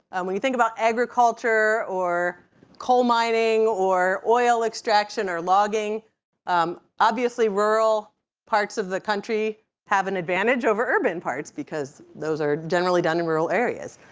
when you think about agriculture or coal mining or oil extraction or logging um obviously rural parts of the country have an advantage over urban parts because those are generally done in rural areas.